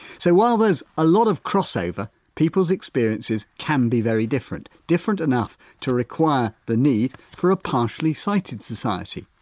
so, while there's a lot of crossover people's experiences can be very different. different enough to require the need for a partially sighted society.